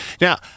Now